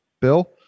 Bill